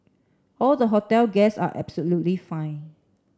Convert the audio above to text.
all the hotel guests are absolutely fine